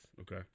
Okay